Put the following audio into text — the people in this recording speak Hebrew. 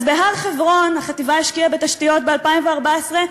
אז בהר-חברון החטיבה השקיעה בתשתיות ב-2014,